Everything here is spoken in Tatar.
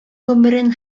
гомерен